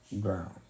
ground